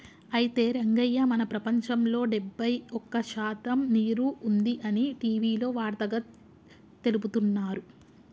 అయితే రంగయ్య మన ప్రపంచంలో డెబ్బై ఒక్క శాతం నీరు ఉంది అని టీవీలో వార్తగా తెలుపుతున్నారు